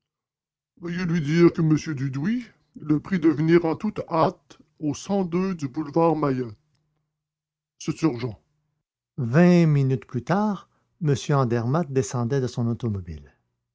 veuillez lui dire que m dudouis le prie de venir en toute hâte au du boulevard maillot c'est urgent vingt minutes plus tard m andermatt descendait de son automobile